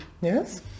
Yes